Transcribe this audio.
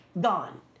Gone